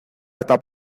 estaba